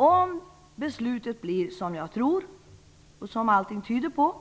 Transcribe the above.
Om beslutet blir så som jag tror och som allt tyder på,